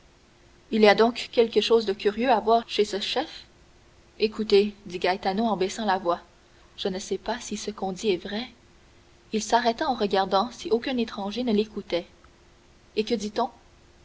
il y a donc quelque chose de curieux à voir chez ce chef écoutez dit gaetano en baissant la voix je ne sais pas si ce qu'on dit est vrai il s'arrêta en regardant si aucun étranger ne l'écoutait et que dit-on